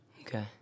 okay